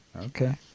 Okay